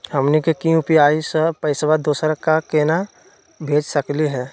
हमनी के यू.पी.आई स पैसवा दोसरा क केना भेज सकली हे?